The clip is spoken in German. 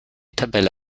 tabelle